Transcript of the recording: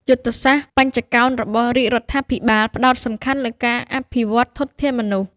យុទ្ធសាស្ត្របញ្ចកោណរបស់រាជរដ្ឋាភិបាលផ្ដោតសំខាន់លើការអភិវឌ្ឍធនធានមនុស្ស។